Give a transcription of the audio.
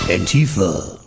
Antifa